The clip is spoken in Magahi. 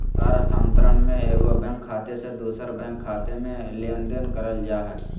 तार स्थानांतरण में एगो बैंक खाते से दूसर बैंक खाते में लेनदेन करल जा हइ